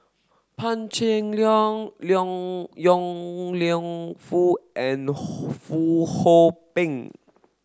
Pan Cheng Lui Yong Lew Foong Fong Hoe Beng